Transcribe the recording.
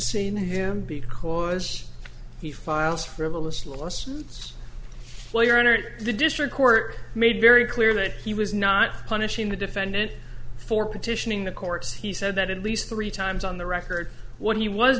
sentencing him because he files frivolous lawsuits player entered the district court made very clear that he was not punishing the defendant for petitioning the courts he said that at least three times on the record what he was